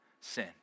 sin